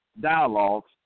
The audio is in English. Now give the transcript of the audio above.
Dialogues